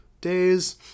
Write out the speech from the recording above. days